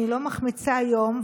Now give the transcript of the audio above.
אני לא מחמיצה יום,